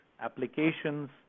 applications